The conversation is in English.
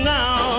now